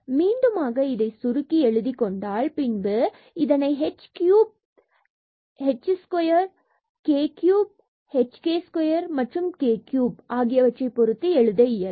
மீண்டுமாக நாம் இதை சுருக்கி எழுதி கொண்டால் பின்பு இதனை h cubed 3 h square k 3 h k square மற்றும் k cube ஆகியவற்றைப் பொறுத்து எழுத இயலும்